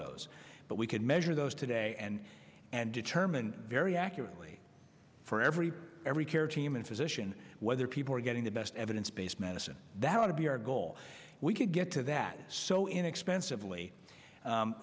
those but we can measure those today and and determine very accurately for every every care team and physician whether people are getting the best evidence based medicine that ought to be our goal we could get to that so inexpensively